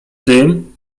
tym